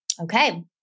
Okay